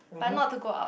but not to go out